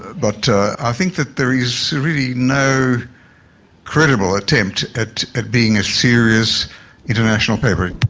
but i think that there is really no credible attempt at at being a serious international paper.